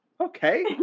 Okay